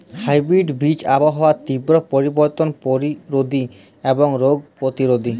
hybrid বীজ আবহাওয়ার তীব্র পরিবর্তন প্রতিরোধী এবং রোগ প্রতিরোধী